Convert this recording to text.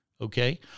okay